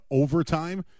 overtime